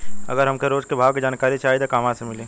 अगर हमके रोज के भाव के जानकारी चाही त कहवा से मिली?